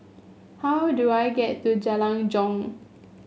how do I get to Jalan Jong